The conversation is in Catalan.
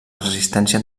resistència